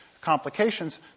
complications